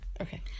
Okay